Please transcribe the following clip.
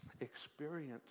experience